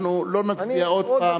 אנחנו לא נצביע עוד הפעם.